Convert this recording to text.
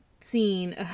scene